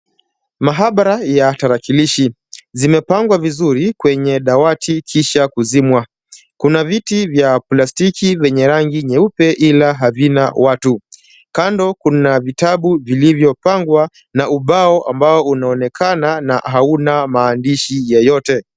Maabara ya tarakilishi zimepangwa vizuri kisha kuzimwa . Kuna viti vya plastiki vyenye rangi nyeupe ila havina watu. Kando kuna vitabu vilivyopangwa na ubao ambao unaonekana na hauna maandishi yoyote.